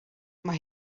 mae